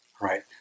right